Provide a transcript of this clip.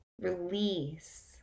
release